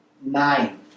nine